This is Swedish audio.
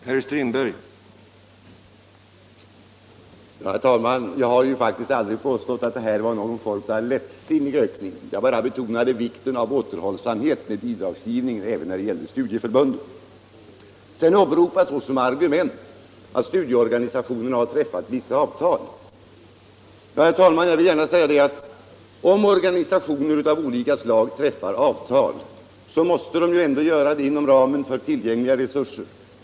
Herr talman! Jag har faktiskt aldrig påstått att det här var någon form av lättsinnig ökning. Jag bara betonade vikten av återhållsamhet med bidragsgivningen även när det gäller studieförbunden. Såsom argument åberopas att studieorganisationerna har träffat vissa avtal. Herr talman! Om organisationer av olika slag träffar avtal måste de ändå göra det inom ramen för tillgängliga resurser.